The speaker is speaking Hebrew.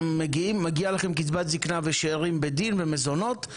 מגיעה לכם קצבת זקנה ושארים בדין ומזונות,